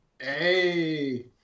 Hey